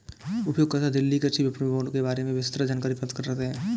उपयोगकर्ता दिल्ली कृषि विपणन बोर्ड के बारे में विस्तृत जानकारी प्राप्त कर सकते है